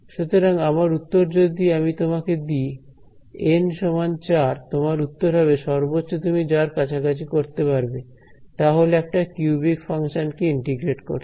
সুতরাং আমার উত্তর যদি আমি তোমাকে দিই এন সমান চার তোমার উত্তর হবে সর্বোচ্চ তুমি যার কাছাকাছি করতে পারবে তা হল একটা কিউবিক ফাংশন কে ইন্টিগ্রেট করতে